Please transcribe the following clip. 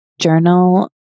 journal